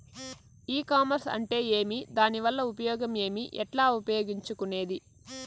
ఈ కామర్స్ అంటే ఏమి దానివల్ల ఉపయోగం ఏమి, ఎట్లా ఉపయోగించుకునేది?